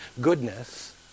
goodness